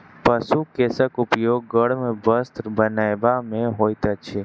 पशु केशक उपयोग गर्म वस्त्र बनयबा मे होइत अछि